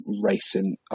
racing